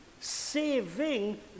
saving